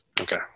Okay